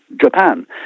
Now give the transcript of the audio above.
Japan